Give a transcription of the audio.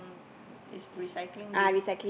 is recycling bin